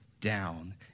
down